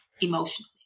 emotionally